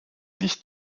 nicht